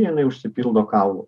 jinai užsipildo kaulų